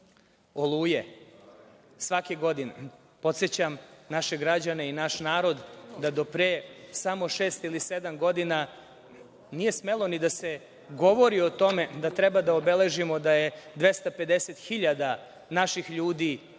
Oluje, svake godine. Podsećam naše građane i naš narod da do pre samo šest ili sedam godina nije smelo ni da se govori o tome da treba da obeležimo da je 250 hiljada naših ljudi